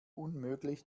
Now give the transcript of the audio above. unmöglich